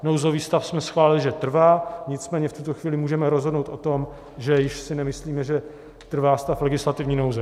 Nouzový stav jsme schválili, že trvá, nicméně v tuto chvíli můžeme rozhodnout o tom, že si již nemyslíme, že trvá stav legislativní nouze.